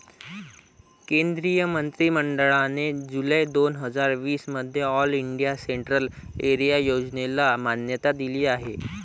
केंद्रीय मंत्रि मंडळाने जुलै दोन हजार वीस मध्ये ऑल इंडिया सेंट्रल एरिया योजनेला मान्यता दिली आहे